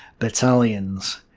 battalions.